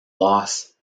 loss